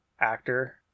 actor